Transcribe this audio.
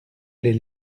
les